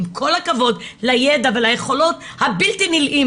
עם כל הכבוד לידע וליכולות הבלתי נלאים